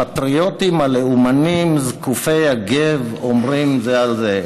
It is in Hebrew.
הפטריוטים הלאומנים זקופי הגו אומרים זה על זה,